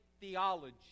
theology